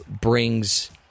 brings